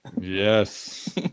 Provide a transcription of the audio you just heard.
Yes